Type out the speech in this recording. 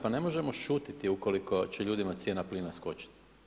Pa ne možemo šutiti ukoliko će ljudima cijena plina skočiti.